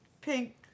pink